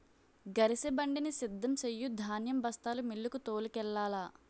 గరిసెబండిని సిద్ధం సెయ్యు ధాన్యం బస్తాలు మిల్లుకు తోలుకెల్లాల